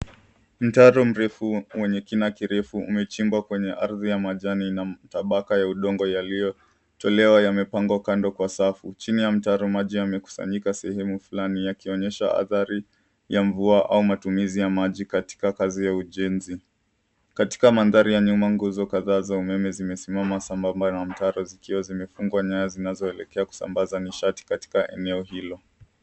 Mtaro mrefu wenye kina kirefu umechimbwa kwenye ardhi ya majani na mtabaka ya udongo yaliyotolewa yamepangwa kando kwa safu. Chini ya mtaro maji yamekusanyika sehemu fulani yakionyesha athari ya mvua au matumizi ya maji katika kazi ya ujenzi. Katika mandhari ya nyuma nguzo kadhaa za umeme zimesimama sambamba na mtaro zikiwa zimefungwa nyaya zinazoelekea kusambaza nishati katika eneo hilo.